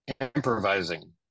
Improvising